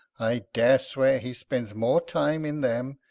i dare swear he spends more time in them,